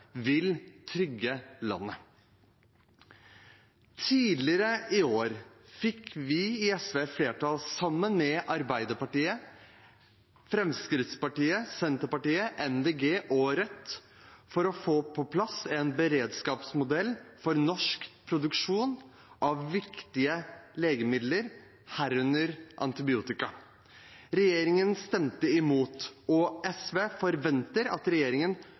vil trygge landet. Tidligere i år fikk vi i SV flertall sammen med Arbeiderpartiet, Fremskrittspartiet, Senterpartiet, Miljøpartiet De Grønne og Rødt for å få på plass en beredskapsmodell for norsk produksjon av viktige legemidler, herunder antibiotika. Regjeringen stemte imot. SV forventer at regjeringen